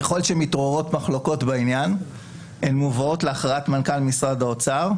ככל שמתעוררות מחלוקות בעניין הן מובאות להכרעת מנכ"ל משרד האוצר,